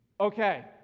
Okay